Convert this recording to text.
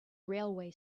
railway